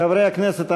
חברי הכנסת,